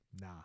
nah